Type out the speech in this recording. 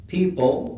People